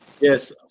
yes